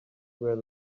were